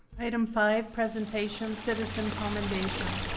item five presentation citizen commendation